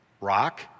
Rock